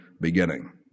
beginning